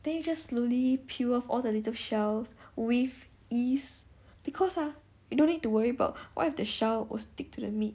then you just slowly peel off all the little shells with ease because ah you don't need to worry about what if the shell will stick to the meat